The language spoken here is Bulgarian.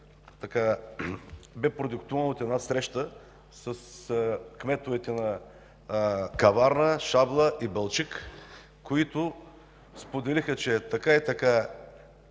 бе продиктуван от среща с кметовете на Каварна, Шабла и Балчик, които споделиха, че това е така.